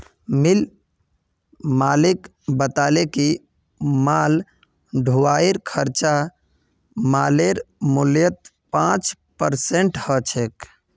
मिल मालिक बताले कि माल ढुलाईर खर्चा मालेर मूल्यत पाँच परसेंट ह छेक